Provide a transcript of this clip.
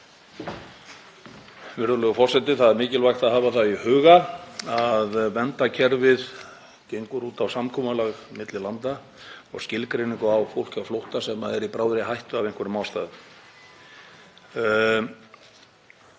Það er mikilvægt að hafa það í huga að verndarkerfið gengur út á samkomulag milli landa um skilgreiningu á fólki á flótta sem er í bráðri hættu af einhverjum ástæðum.